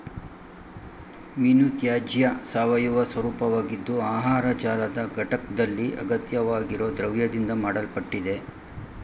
ಮೀನುತ್ಯಾಜ್ಯ ಸಾವಯವ ಸ್ವರೂಪವಾಗಿದ್ದು ಆಹಾರ ಜಾಲದ ಘಟಕ್ದಲ್ಲಿ ಅಗತ್ಯವಾಗಿರೊ ದ್ರವ್ಯದಿಂದ ಮಾಡಲ್ಪಟ್ಟಿದೆ